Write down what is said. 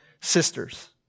sisters